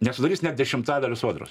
nesudarys net dešimtadalio sodros